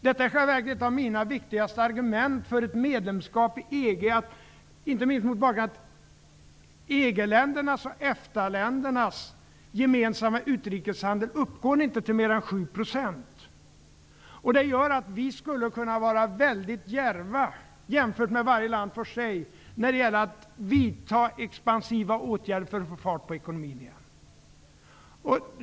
Detta är i själva verket ett av mina viktigaste argument för ett medlemskap i EG, inte minst mot bakgrund av att EG-ländernas och EFTA-ländernas gemensamma utrikeshandel inte uppgår till mer än 7 %. Det gör att vi tillsammans skulle kunna vara väldigt djärva när det gäller att vidta expansiva åtgärder för att få fart på ekonomin igen.